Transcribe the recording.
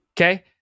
Okay